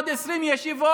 עוד 20 ישיבות,